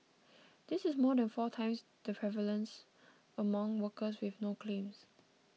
this is more than four times the prevalence among workers with no claims